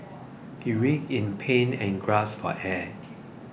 he writhed in pain and gasped for air